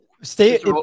stay